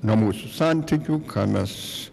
nuo mūsų santykių ką mes